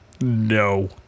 No